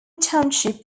township